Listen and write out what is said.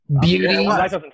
Beauty